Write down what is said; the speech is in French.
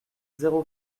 zéro